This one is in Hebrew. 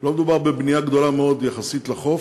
בבנייה גדולה מאוד יחסית לחוף,